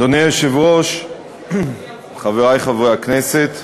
אדוני היושב-ראש, חברי חברי הכנסת,